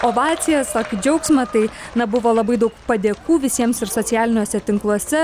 ovacijas tokį džiaugsmą tai na buvo labai daug padėkų visiems ir socialiniuose tinkluose